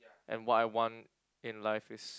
and what I want in life is